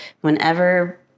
whenever